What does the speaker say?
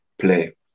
play